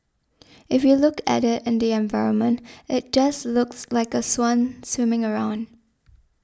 if you look at it in the environment it just looks like a swan swimming around